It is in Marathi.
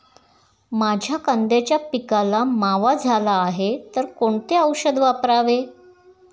माझ्या कांद्याच्या पिकाला मावा झाला आहे तर कोणते औषध वापरावे?